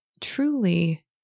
truly